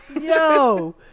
Yo